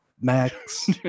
max